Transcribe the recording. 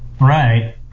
Right